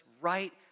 right